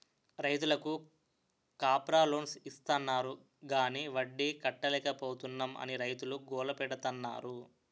రైతులకు crop loans ఇస్తాన్నారు గాని వడ్డీ కట్టలేపోతున్నాం అని రైతులు గోల పెడతన్నారు